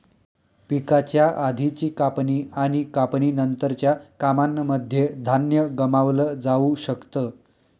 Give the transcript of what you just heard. पिकाच्या आधीची कापणी आणि कापणी नंतरच्या कामांनमध्ये धान्य गमावलं जाऊ शकत